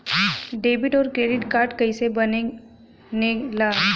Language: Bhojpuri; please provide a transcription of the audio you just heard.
डेबिट और क्रेडिट कार्ड कईसे बने ने ला?